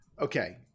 okay